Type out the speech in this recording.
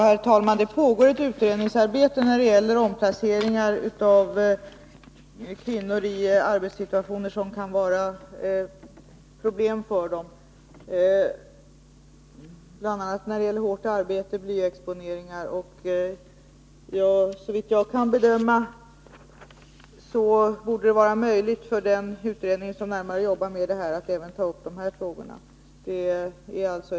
Herr talman! Det pågår ett utredningsarbete rörande omplacering av kvinnor i arbetssituationer som kan innebära problem för dem. Det gäller bl.a. hårt arbete och blyexponering. Såvitt jag kan bedöma, borde det vara möjligt för den utredning som arbetar med detta att också ta upp frågorna om omplacering av gravida kvinnor som arbetar vid bildskärmar.